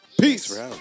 Peace